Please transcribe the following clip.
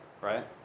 right